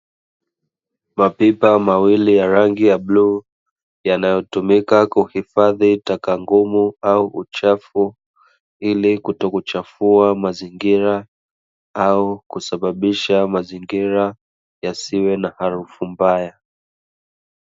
Mapipa mawili ya rangi ya bluu yanayotumika kuhifadhi taka ngumu, au uchafu hili kutokuchafua mazingira au kusababisha mazingira yasiwe na arufu mbaya.